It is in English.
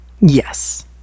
Yes